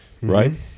right